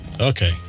Okay